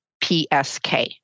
PSK